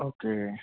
okay